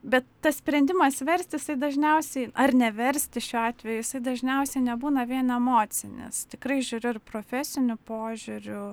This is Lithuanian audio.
bet tas sprendimas verst jisai dažniausiai ar neversti šiuo atveju jisai dažniausiai nebūna vien emocinis tikrai žiūri ir profesiniu požiūriu